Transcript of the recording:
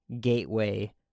Gateway